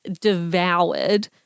devoured